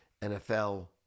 NFL